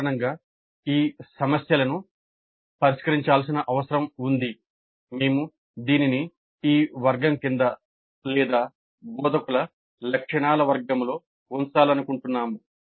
సాధారణంగా ఈ సమస్యలను పరిష్కరించాల్సిన అవసరం ఉంది మేము దీనిని ఈ వర్గం క్రింద లేదా బోధకుల లక్షణాల వర్గంలో ఉంచాలనుకుంటున్నాము